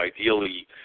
ideally